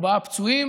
ארבעה פצועים